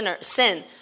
sin